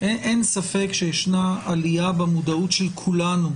אין ספק שישנה עלייה במודעות של כולנו,